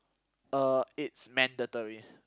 uh it's mandatory